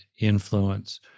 influence